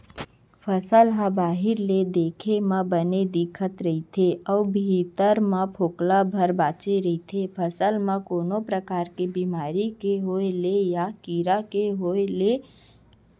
फसल ह बाहिर ले देखे म बने दिखत रथे अउ भीतरी म फोकला भर बांचे रथे फसल म कोनो परकार के बेमारी के होय ले या कीरा के होय ले